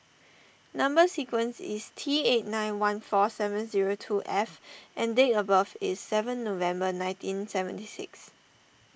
Number Sequence is T eight nine one four seven zero two F and date of birth is seven November nineteen seventy six